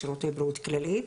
שירותי בריאות כללית.